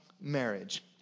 marriage